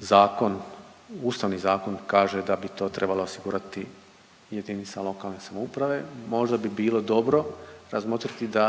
zakon, Ustavni zakon kaže da bi to trebala osigurati jedinica lokalne samouprave, možda bi bilo dobro razmotriti da